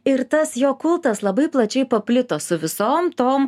ir tas jo kultas labai plačiai paplito su visom tom